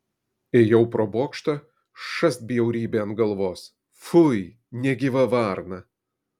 ėjau pro bokštą šast bjaurybė ant galvos fui negyva varna